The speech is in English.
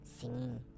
singing